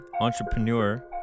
entrepreneur